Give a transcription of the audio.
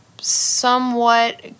somewhat